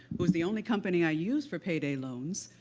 who's the only company i use for payday loans,